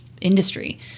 industry